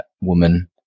woman